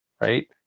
right